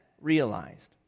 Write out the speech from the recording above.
realized